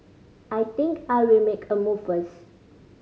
I think I'll make a move first